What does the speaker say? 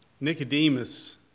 Nicodemus